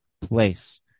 place